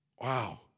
Wow